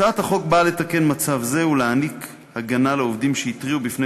הצעת החוק באה לתקן מצב זה ולהעניק הגנה לעובדים שהתריעו בפני